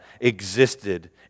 existed